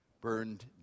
burned